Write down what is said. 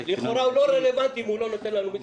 לכאורה הוא לא רלוונטי אם הוא לא נותן לנו מספרים.